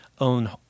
own